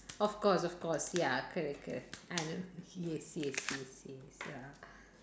of course of course ya correct correct and yes yes yes yes ya